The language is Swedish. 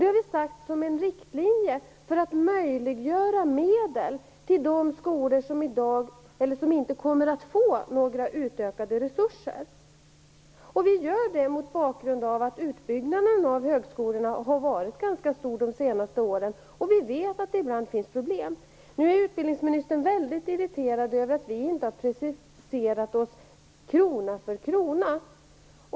Vi har sagt detta som en riktlinje och för att möjliggöra medel till de skolor som inte kommer att få några utökade resurser. Vi gör detta mot bakgrund av att utbyggnaden av högskolorna har varit ganska stor under de senaste åren. Vi vet att det finns problem. Utbildningsministern är väldigt irriterad över att vi inte har preciserat oss krona för krona.